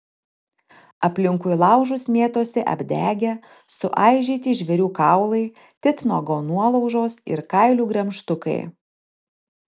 aplinkui laužus mėtosi apdegę suaižyti žvėrių kaulai titnago nuolaužos ir kailių gremžtukai